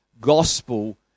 gospel